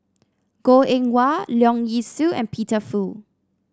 Goh Eng Wah Leong Yee Soo and Peter Fu